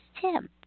Tim